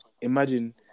imagine